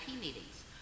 meetings